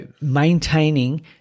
maintaining